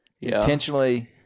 intentionally